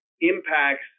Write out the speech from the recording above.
impacts